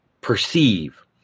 perceive